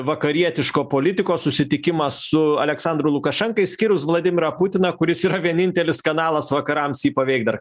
vakarietiško politiko susitikimas su aleksandru lukašenka išskyrus vladimirą putiną kuris yra vienintelis kanalas vakarams jį paveikt dar